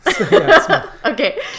Okay